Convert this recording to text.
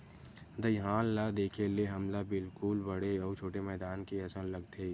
दईहान ल देखे ले हमला बिल्कुल बड़े अउ छोटे मैदान के असन लगथे